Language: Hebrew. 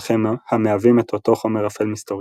אך הם המהווים את אותו חומר אפל מסתורי.